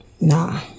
nah